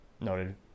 noted